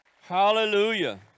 Hallelujah